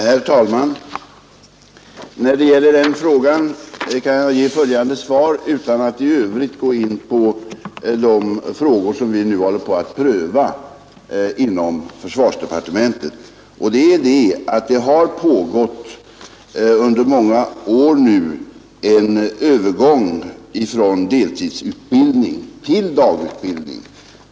Herr talman! När det gäller den frågan kan jag ge följande svar utan att i övrigt gå in på de frågor som vi nu håller på att pröva inom försvarsdepartementet. Det har under månader pågått en övergång från deltidsutbildning till dagutbildning.